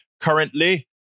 currently